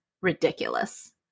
ridiculous